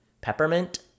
peppermint